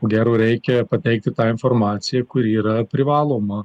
gero reikia pateikti tą informaciją kuri yra privaloma